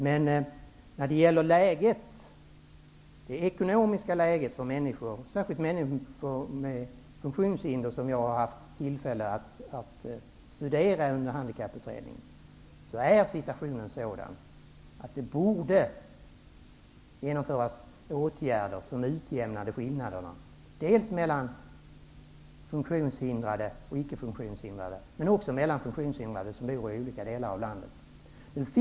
Men när det gäller det ekonomiska läget -- särskilt för människor med funktionshinder, vilket jag har haft tillfälle att studera under Handikapputredningen -- är situationen sådan att det borde genomföras åtgärder som utjämnar skillnaderna mellan funktionshindrade och icke-funktionshindrade men också mellan funktionshindrade som bor i olika delar av landet.